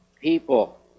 people